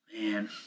Man